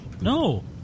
No